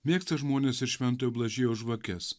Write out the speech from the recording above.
mėgsta žmonės ir šventojo blažiejaus žvakes